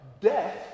death